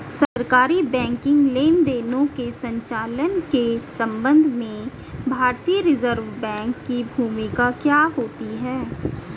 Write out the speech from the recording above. सरकारी बैंकिंग लेनदेनों के संचालन के संबंध में भारतीय रिज़र्व बैंक की भूमिका क्या होती है?